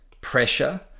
pressure